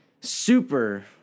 super